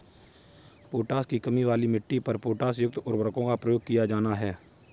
potash की कमी वाली मिट्टी पर पोटाशयुक्त उर्वरकों का प्रयोग किया जाना है